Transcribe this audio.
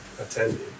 attending